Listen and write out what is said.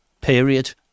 period